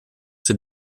ses